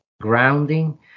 grounding